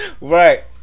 Right